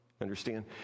Understand